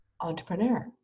entrepreneur